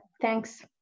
thanks